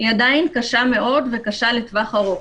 היא עדיין קשה מאוד וקשה לטווח ארוך.